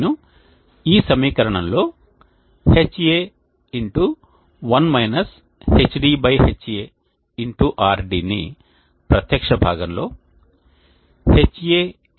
నేను ఈ సమీకరణములో Ha 1 Hd Ha RD ని ప్రత్యక్ష భాగంలో Ha